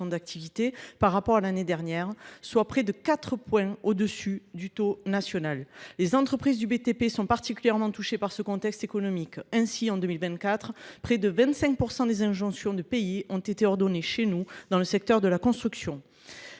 d'activité par rapport à l'année dernière, soit près de quatre points au-dessus du taux national. Les entreprises du BTP sont particulièrement touchées par ce contexte économique. Ainsi, en 2024, près de 25% des injonctions de pays ont été ordonnées chez nous dans le secteur de la construction.